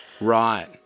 Right